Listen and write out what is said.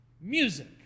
music